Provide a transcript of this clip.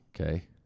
Okay